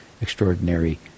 extraordinary